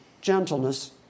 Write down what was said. gentleness